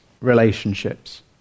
relationships